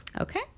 Okay